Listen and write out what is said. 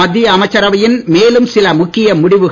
மத்திய அமைச்சரவையின் மேலும் சில முக்கிய முடிவுகள்